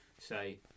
say